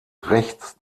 rechts